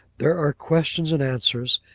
there are questions and answers,